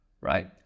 right